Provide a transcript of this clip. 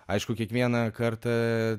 aišku kiekvieną kartą